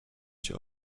cię